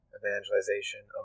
evangelization